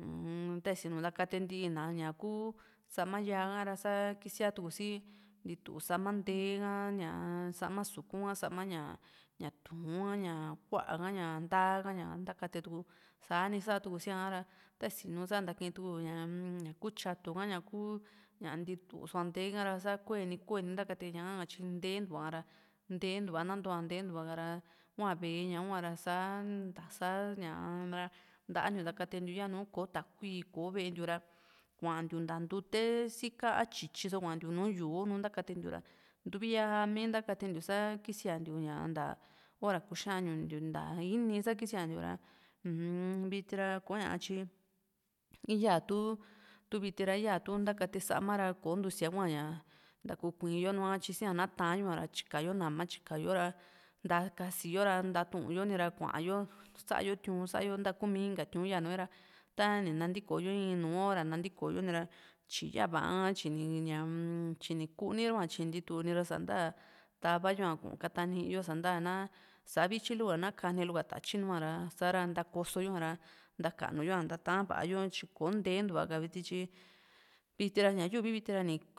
un taxa takatia tinaña kuu saama ya'aka ra saa kixiatuku sii vitu saama nte'eka, ñaa saama suku a saama yaa, ya tu'uju a ñaa kuaka a ñaa, taka ñaa takatia tuku sanii sa'a tuku xiia kara taxinu sa'a takituku'u yaa yaku chiatuka yaku ñia'a titusu te'e kara sani kueeni, kueeni takatiñaa chi te'e tikua ra, te'e tikua nantoa, te'e tikua kara nua ve'eñua ra saa tasaa ñavara, ta'antu takatiantu yo'o nuu koo takui ko'o ve'entu ra kua'antu ta tuute sika'a chichisuva kuantu nu'u yu'u nuu takatientu ra tuviya mie takatientu sa'a kisiantu ña'a ta hora kuxiañuntu taa ini saa kisiantu ra unm vichi ra kuña'a chi iyatu, tuviti ra iyatu takatie saama ra ko'o ntuxia kuaña takukuio nu'ua chi sia'a naa tayoa chikayo naama chikayo ra, takasio ra tatuñioa ra kuayo sa'ayo tiñu, sa'ayo takuu mi inka tiñu yio nu'uo ra tani natikoyo i'i nuu hora tatikoyoa ra chiyavaa chiniya chini kuniua chini tuya ra santaa tavayoa ku'u kataniio santaa naa savichi luoka naa kani loo ka tachi nu'ua ra saara takosoyoa ra takanuyoa, tajaa vaayo chi ko'o ntee tuvaaka vichi chi, vitira ya yiuvi vitira.